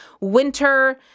winter